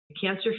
cancer